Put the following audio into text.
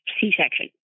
C-section